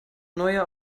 neujahr